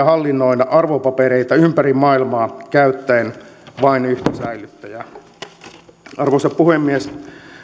hallinnoida arvopapereita ympäri maailmaa käyttäen vain yhtä säilyttäjää arvoisa puhemies